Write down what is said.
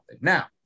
Now